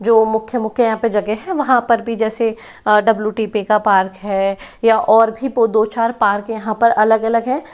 जो मुख्य मुख्य यहाँ पे जगह हैं वहाँ पर भी जैसे डब्लू टी पी का पार्क है या और भी वो दो चार पार्क यहाँ पर अलग अलग हैं